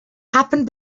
happened